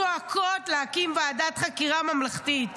זועקות להקים ועדת חקירה ממלכתית.